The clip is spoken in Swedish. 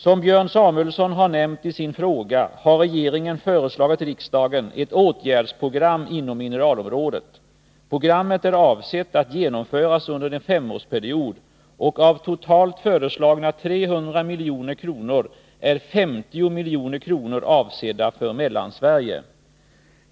Som Björn Samuelsson har nämnt i sin fråga har regeringen föreslagit riksdagen ett åtgärdsprogram inom mineralområdet. Programmet är avsett att genomföras under en femårsperiod, och av totalt föreslagna 300 milj.kr. är 50 milj.kr. avsedda för Mellansverige.